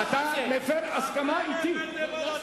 הם לא נותנים לי לדבר,